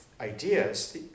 ideas